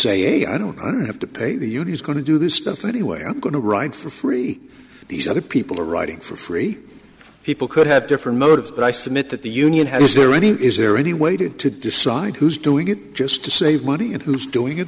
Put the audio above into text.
say i don't have to pay the uni is going to do this stuff anyway i'm going to ride for free these other people are writing for free people could have different motives but i submit that the union has already is there any way to decide who's doing it just to save money and who's doing it